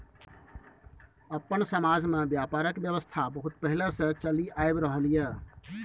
अपन समाज में ब्यापारक व्यवस्था बहुत पहले से चलि आइब रहले ये